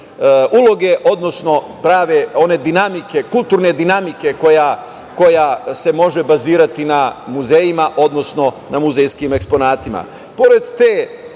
uloge, odnosno prave dinamike, kulturne dinamike koja se može bazirati na muzejima, odnosno na muzejskim eksponatima. Pored